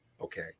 Okay